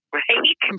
right